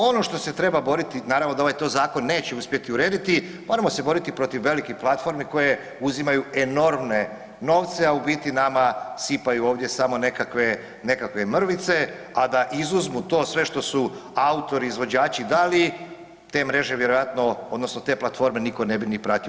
Ono što se treba boriti, naravno da ovaj to zakon neće uspjeti urediti, moramo se boriti protiv velikih platformi koje uzimaju enormne novce, a u biti nama sipaju ovdje samo nekakve, nekakve mrvice, a da izuzmu sve to što su autori, izvođači dali te mreže vjerojatno odnosno te platforme nitko ne bi ni pratio.